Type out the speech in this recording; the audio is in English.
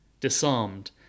disarmed